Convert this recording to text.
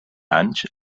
anys